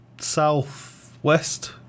southwest